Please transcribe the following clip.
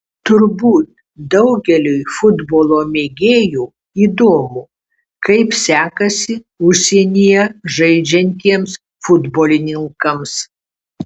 turbūt daugeliui futbolo mėgėjų įdomu kaip sekasi užsienyje žaidžiantiems futbolininkams